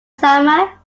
summer